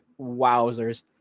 wowzers